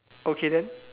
okay then